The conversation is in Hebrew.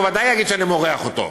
הוא ודאי יגיד שאני מורח אותו.